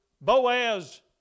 Boaz